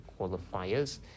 qualifiers